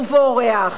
ובורח,